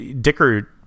Dicker